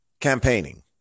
campaigning